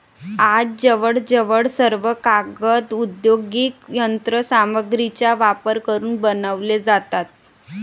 आज जवळजवळ सर्व कागद औद्योगिक यंत्र सामग्रीचा वापर करून बनवले जातात